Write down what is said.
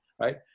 Right